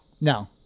No